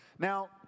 Now